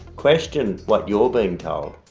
question what you're being told.